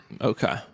Okay